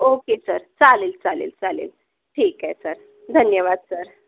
okay sir चालेल चालेल चालेल ठीकए सर धन्यवाद सर